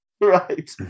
Right